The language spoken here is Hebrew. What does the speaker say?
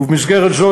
ובמסגרת זו,